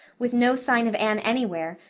with no sign of anne anywhere,